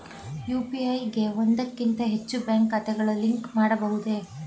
UPI ಗೆ ಒಂದಕ್ಕಿಂತ ಹೆಚ್ಚು ಬ್ಯಾಂಕ್ ಖಾತೆಗಳನ್ನು ಲಿಂಕ್ ಮಾಡಬಹುದೇ?